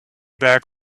back